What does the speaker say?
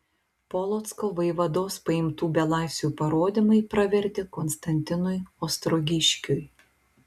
polocko vaivados paimtų belaisvių parodymai pravertė konstantinui ostrogiškiui